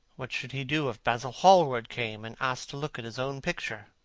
what should he do if basil hallward came and asked to look at his own picture?